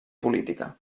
política